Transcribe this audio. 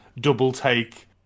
double-take